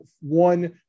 one